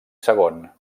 segon